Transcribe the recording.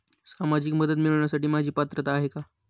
सामाजिक मदत मिळवण्यास माझी पात्रता आहे का?